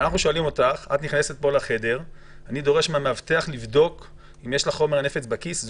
את נכנסת לחדר ואני דורש מהמאבטח לבדוק האם יש לך חומר נפץ בכיס.